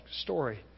story